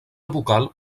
vocal